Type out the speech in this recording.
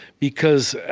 because,